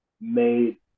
made